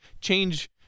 change